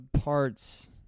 parts